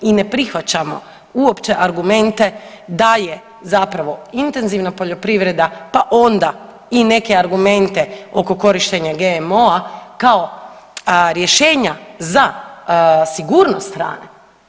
I ne prihvaćamo uopće argumente da je zapravo intenzivna poljoprivreda pa onda i neke argumente oko korištenja GMO-a kao rješenja za sigurnost hrane.